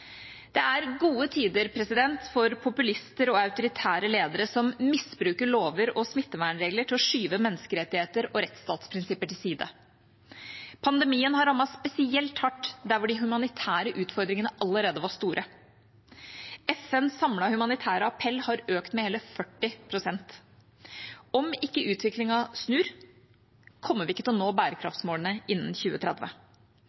Det er gode tider for populister og autoritære ledere som misbruker lover og smittevernregler til å skyve menneskerettigheter og rettsstatsprinsipper til side. Pandemien har rammet spesielt hardt der de humanitære utfordringene allerede var store. FNs samlede humanitære appell har økt med hele 40 pst. Om ikke utviklingen snur, kommer vi ikke til å nå